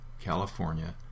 California